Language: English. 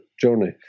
journey